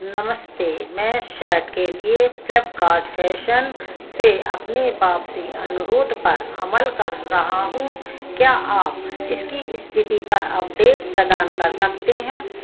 नमस्ते मैं शर्ट के लिए फ्लीपकार्ट फैशन से अपने वापसी अनुरोध पर अमल कर रहा हूं क्या आप इसकी स्थिति पर अपडेट प्रदान कर सकते हैं